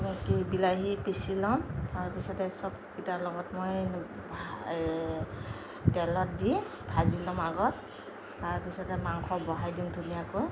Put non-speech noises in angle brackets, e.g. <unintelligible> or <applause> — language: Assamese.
কি বিলাহী পিচি লওঁ তাৰ পিছতে চবকেইটাৰ লগত মই <unintelligible> তেলত দি ভাজি ল'ম আগত তাৰ পিছতে মাংস বহাই দিম ধুনীয়াকৈ